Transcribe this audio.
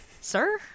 Sir